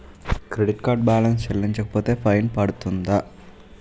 Credit card balance చెల్లించకపోతే fine పడ్తుంద?